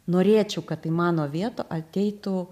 norėčiau kad į mano vietą ateitų